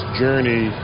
journey